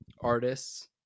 artists